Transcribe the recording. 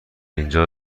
اینجا